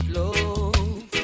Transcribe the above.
love